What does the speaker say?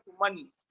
money